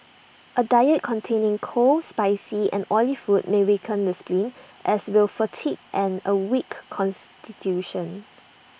A diet containing cold spicy and oily food may weaken the spleen as will fatigue and A weak Constitution